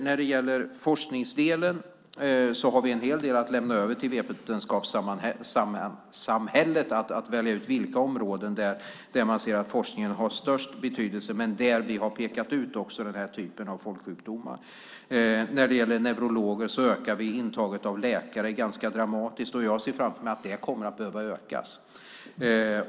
När det gäller forskningen har vi att lämna över till vetenskapssamhället att välja ut områden där man ser att forskningen har störst betydelse men där vi har pekat ut den här typen av folksjukdomar. När det gäller neurologer ökar vi intaget av läkare ganska dramatiskt. Jag ser framför mig att det kommer att behöva ökas.